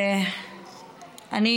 אני